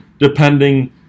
Depending